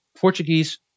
Portuguese